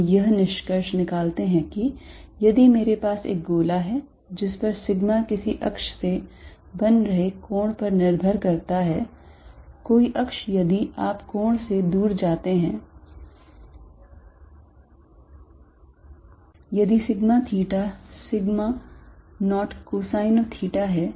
हम यह निष्कर्ष निकालते हैं कि यदि मेरे पास एक गोला है जिस पर sigma किसी अक्ष से बन रहे कोण पर निर्भर करती है कोई अक्ष यदि आप कोण से दूर जाते हैं यदि sigma theta sigma 0 cosine of theta है